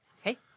Okay